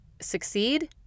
succeed